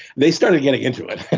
they started getting into it.